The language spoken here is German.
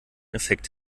effekt